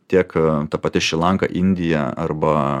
tiek ta pati šri lanka indija arba